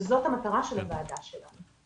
וזאת המטרה של הוועדה שלנו.